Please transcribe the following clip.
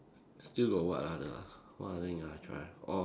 still got what other ah what other thing I tried oh